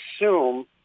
assume